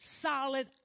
solid